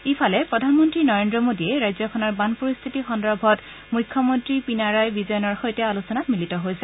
ইফালে প্ৰধানমন্ত্ৰী নৰেন্দ্ৰ মোডীয়ে ৰাজ্যখনৰ বান পৰিস্থিতি সন্দৰ্ভত মুখ্যমন্ত্ৰী পিনাৰায় বিজয়েনৰ সৈতে আলোচনাত মিলিত হৈছে